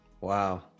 Wow